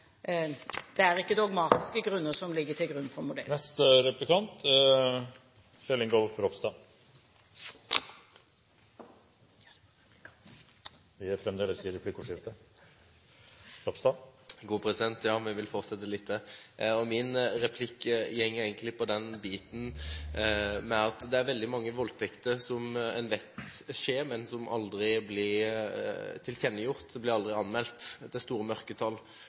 Det er ikke dogmatiske grunner som ligger til grunn for modellen. Vi fortsetter litt til. Min replikk går egentlig på den biten at det er veldig mange voldtekter som en vet skjer, men som aldri blir tilkjennegitt, de blir aldri anmeldt. Det er store mørketall.